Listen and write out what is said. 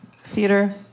theater